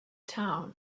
town